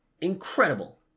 Incredible